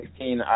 2016